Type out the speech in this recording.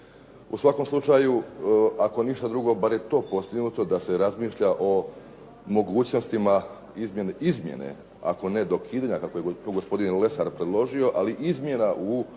U svakom slučaju, ako ništa drugo, bar je to postignuto da se razmišlja o mogućnostima izmjene, ako ne dokidanja, kako je tu gospodin Lesar predložio, ali izmjena u